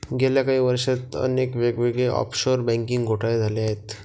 गेल्या काही वर्षांत अनेक वेगवेगळे ऑफशोअर बँकिंग घोटाळे झाले आहेत